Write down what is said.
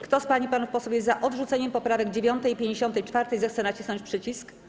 Kto z pań i panów posłów jest za odrzuceniem poprawek 9. i 54., zechce nacisnąć przycisk.